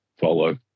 follow